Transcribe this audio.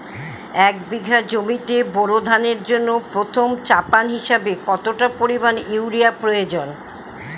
এক বিঘা জমিতে বোরো ধানের জন্য প্রথম চাপান হিসাবে কতটা পরিমাণ ইউরিয়া প্রয়োজন?